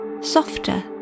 Softer